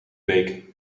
beek